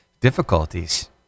difficulties